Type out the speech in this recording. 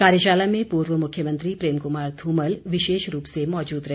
कार्यशाला में पूर्व मुख्यमंत्री प्रेम कुमार धूमल विशेष रूप से मौजूद रहे